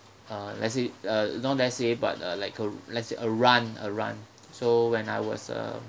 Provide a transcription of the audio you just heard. uh let's say uh don't let's say but uh like uh let's say a run a run so when I was a